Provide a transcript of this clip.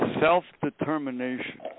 self-determination